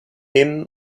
him